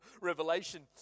revelation